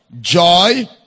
joy